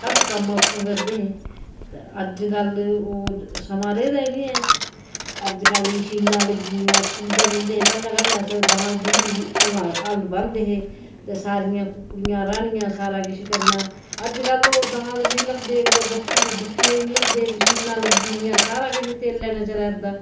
सब कम्म आपूूं करदे हे ते अज्जकल ओह् समां रेह्दा ई नी ऐ अज्जकल मशीनां लग्गी दियां खुंबै जंदे हे पैह्लें पैह्लें अस दांद जुगड़ी री हल्लां हल बांह्दे हे ते सारियां कुकड़ियां राह्नियां सारा किश करना अज्जकल ओह् दांद बी नी लभदे कुतै बच्छु दिक्खने बी नी लभदे मशीनां लग्गी दियां सारा किश तेलै ने चला दा